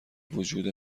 وجود